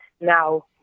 now